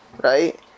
Right